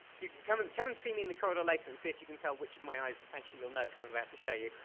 you can come come and see me in the corridor later and see if you can tell which of my eyes actually, you'll know cause i'm about to show you.